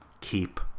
keep